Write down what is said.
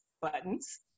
buttons